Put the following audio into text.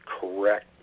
correct